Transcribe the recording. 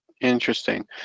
Interesting